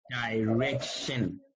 direction